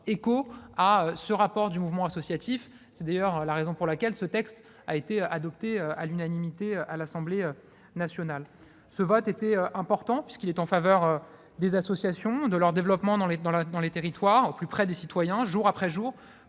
écho à ce rapport du Mouvement associatif. C'est d'ailleurs la raison pour laquelle ce texte a été adopté à l'unanimité par l'Assemblée nationale. Ce vote était important ; c'est un vote en faveur des associations et du développement de leur action dans les territoires, jour après jour,